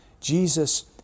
Jesus